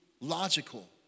logical